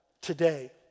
today